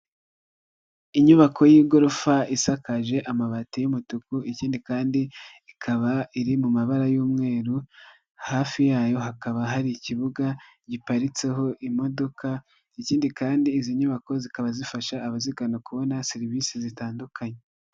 Inyubako y'igorofa isakaje amabati y'umutuku ,ikindi kandi ikaba iri mu mabara y'umweru, hafi yayo hakaba hari ikibuga giparitseho imodoka. Ikindi kandi izi nyubako zikaba zifasha abazigana kubona serivisi zitandukanye.